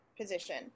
position